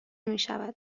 میشود